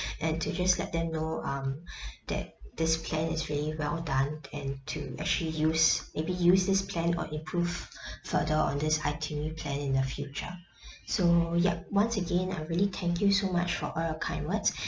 and to just let them know um that this plan is really well done and to actually use maybe use this plan or improve further on this itinerary plan in the future so yup once again I really thank you so much for all your kind words